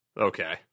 Okay